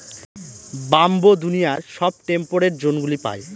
bamboo দুনিয়ার সব temperate জোনগুলা পায়